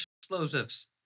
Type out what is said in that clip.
explosives